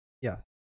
Yes